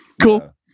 cool